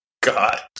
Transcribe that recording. God